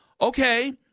Okay